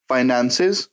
Finances